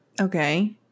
Okay